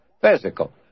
physical